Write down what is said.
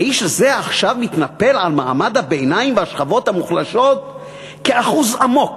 האיש הזה עכשיו מתנפל על מעמד הביניים והשכבות המוחלשות כאחוז אמוק